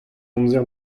amzer